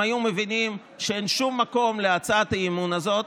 הם היו מבינים שאין שום מקום להצעת האי-אמון הזאת,